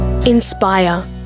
Inspire